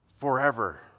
forever